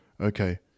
okay